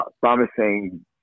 promising